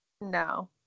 No